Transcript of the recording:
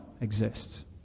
exists